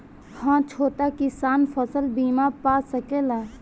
हा छोटा किसान फसल बीमा पा सकेला?